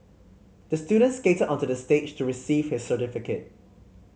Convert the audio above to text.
the student skated onto the stage to receive his certificate